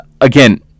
again